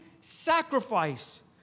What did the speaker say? sacrifice